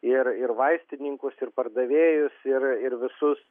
ir ir vaistininkus ir pardavėjus ir ir visus